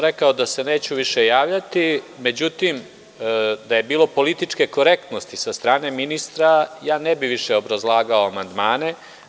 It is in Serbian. Rekao sam da se neću više javljati, međutim, da je bilo političke korektnosti sa strane ministra, ja ne bih više obrazlagao amandmane.